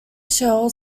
shell